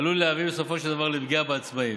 עלול להביא בסופו של דבר לפגיעה בעצמאים.